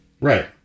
Right